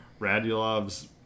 Radulov's